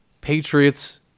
Patriots